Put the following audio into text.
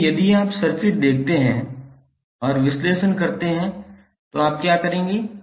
इसलिए यदि आप सर्किट देखते हैं और विश्लेषण करते हैं तो आप क्या करेंगे